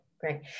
Great